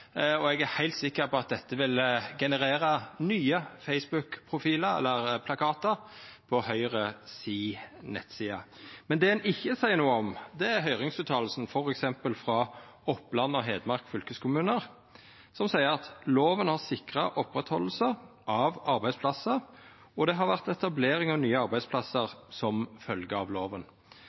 og eg er heilt sikker på at dette vil generera nye Facebook-profilar eller plakatar på Høgres nettside. Men det ein ikkje seier noko om, er høyringsuttalen frå f.eks. Oppland og Hedmark fylkeskommunar, som seier at «loven har sikret opprettholdelse av arbeidsplasser, og at det har vært etablering av nye arbeidsplasser som resultat av loven».